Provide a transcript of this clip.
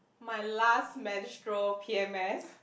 my last menstrual P_M_S